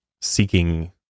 seeking